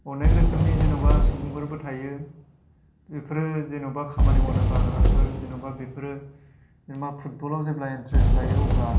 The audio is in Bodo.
अनेक रोखोमनि जेन'बा सुबुंफोरबो थायो बेफोरो जेन'बा खामानि मावनो बाग्राफोर जेन'बा बेफोरो जेन'बा फुटबलाव जेब्ला एन्ट्रेस लायो अब्ला